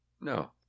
No